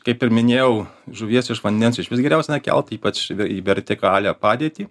kaip ir minėjau žuvies iš vandens išvis geriausia nekelt ypač į vertikalią padėtį